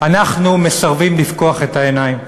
אנחנו מסרבים לפקוח את העיניים,